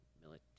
military